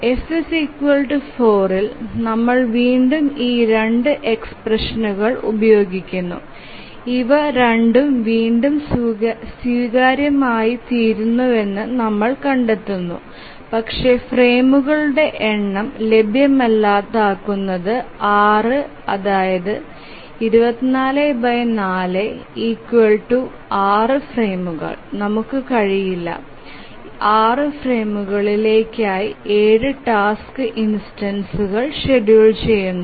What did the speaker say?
F 4 ൽ നമ്മൾ വീണ്ടും ഈ 2 എക്സ്പ്രഷനുകൾ ഉപയോഗിക്കുന്നു ഇവ രണ്ടും വീണ്ടും സ്വീകാര്യമായിത്തീരുന്നുവെന്ന് നമ്മൾ കണ്ടെത്തുന്നു പക്ഷേ ഫ്രെയിമുകളുടെ എണ്ണം ലഭ്യമല്ലാതാകുന്നത് 6 അതായത് 244 6 ഫ്രെയിമുകൾ നമുക്ക് കഴിയില്ല 6 ഫ്രെയിമുകളിലായി 7 ടാസ്ക് ഇൻസ്റ്റൻസ്സ് ഷെഡ്യൂൾ ചെയ്യാൻ